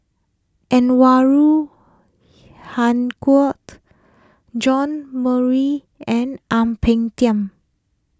Anwarul Haque John and Ang Peng Tiam